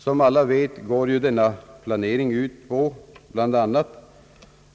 Som alla vet, går denna planering bl.a. ut på